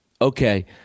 okay